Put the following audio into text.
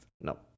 No